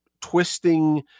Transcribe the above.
twisting